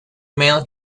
male